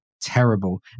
terrible